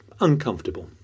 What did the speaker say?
Uncomfortable